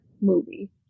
movie